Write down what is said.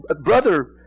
brother